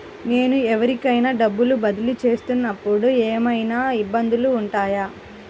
నేను ఎవరికైనా డబ్బులు బదిలీ చేస్తునపుడు ఏమయినా ఇబ్బందులు వుంటాయా?